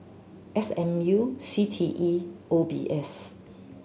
S M U C T E O B S